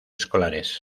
escolares